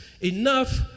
enough